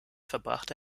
verbrachte